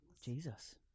Jesus